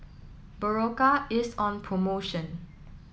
Berocca is on promotion